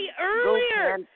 earlier